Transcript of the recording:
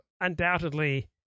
undoubtedly